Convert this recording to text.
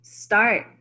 Start